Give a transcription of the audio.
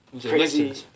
crazy